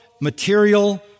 material